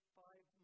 five